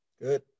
Good